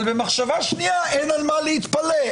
אבל במחשבה שנייה אין מה להתפלא,